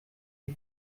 die